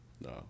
No